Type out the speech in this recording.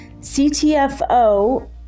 CTFO